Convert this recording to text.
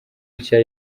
nshya